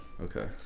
Okay